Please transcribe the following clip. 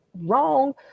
wrong